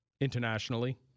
internationally